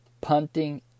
punting